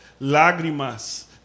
lágrimas